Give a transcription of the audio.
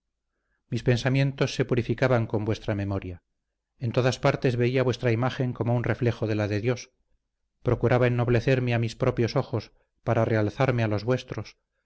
mis pensamientos se purificaban con vuestra memoria en todas partes veía vuestra imagen como un reflejo de la de dios procuraba ennoblecerme a mis propios ojos para realzarme a los vuestros